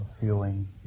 feeling